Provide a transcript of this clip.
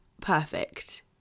perfect